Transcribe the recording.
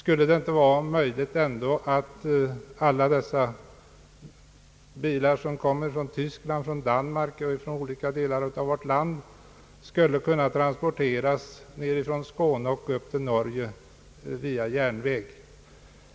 Borde det inte vara möjligt att alla dessa bilar, som kommer från Tyskland, från Danmark och från olika delar av vårt eget land, kunde transporteras upp till Norge och därifrån via järnväg?